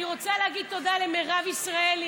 אני רוצה להגיד תודה למירב ישראלי,